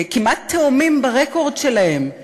כמעט תאומים ברקורד שלהם,